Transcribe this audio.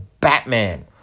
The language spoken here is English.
Batman